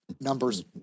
Numbers